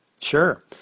Sure